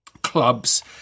clubs